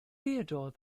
theodore